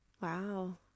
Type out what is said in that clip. Wow